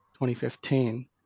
2015